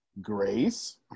Grace